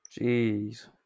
Jeez